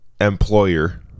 employer